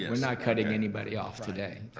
we're not cutting anybody off today.